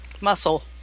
muscle